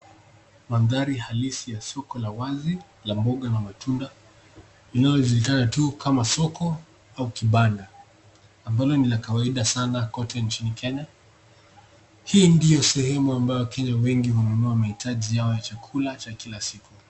Maandhari halisi ya soko la wazi la mboga na matunda linalojulikana tu kama soko au kibanda ambalo ni la kawaida sana kote nchini Kenya . Hii ndio sehemu ambayo wakenya wengi hununua mahitaji yao ya chakula cha kila siku.